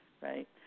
right